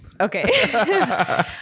Okay